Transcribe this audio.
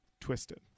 twisted